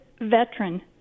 veteran